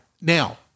Now